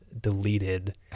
deleted